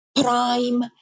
prime